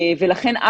לכן,